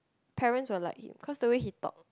parents will like him cause of the way he talk